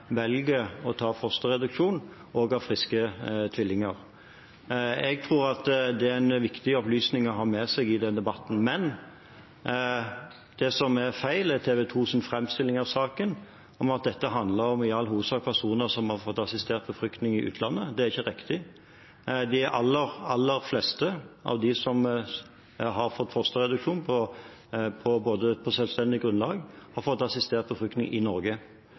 velger å ta fosterreduksjon, også av friske tvillinger. Jeg tror at det er en viktig opplysning å ha med seg i den debatten. Men det som er feil, er TV 2s framstilling av saken, at dette i all hovedsak handler om personer som har fått assistert befruktning i utlandet. Det er ikke riktig. De aller, aller fleste av dem som har fått fosterreduksjon på selvstendig grunnlag, har fått assistert befruktning i Norge.